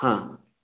ꯍꯥ